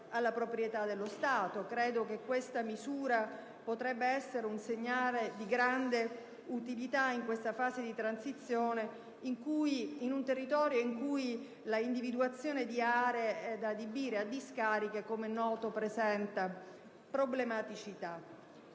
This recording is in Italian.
alla proprietà dello Stato. Credo che questa misura potrebbe rappresentare un segnale di grande utilità in questa fase di transizione, in un territorio in cui l'individuazione di aree da adibire a discarica - come è noto - presenta problematicità.